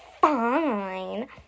fine